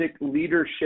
leadership